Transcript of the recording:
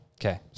Okay